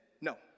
no